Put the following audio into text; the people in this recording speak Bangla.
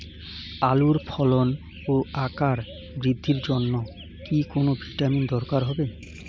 আলুর ফলন ও আকার বৃদ্ধির জন্য কি কোনো ভিটামিন দরকার হবে?